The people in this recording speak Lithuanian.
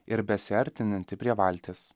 ir besiartinantį prie valties